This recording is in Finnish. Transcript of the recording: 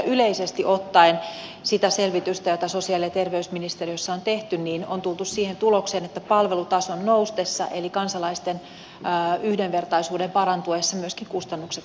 yleisesti ottaen siinä selvityksessä jota sosiaali ja terveysministeriössä on tehty on tultu siihen tulokseen että palvelutason noustessa eli kansalaisten yhdenvertaisuuden parantuessa myöskin kustannukset